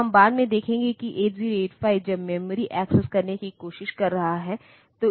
तो हम बाद में देखेंगे कि 8085 जब मेमोरी एक्सेस करने की कोशिश कर रहा है